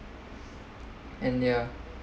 and ya